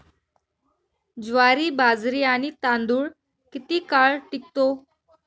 ज्वारी, बाजरी आणि तांदूळ किती काळ टिकतो?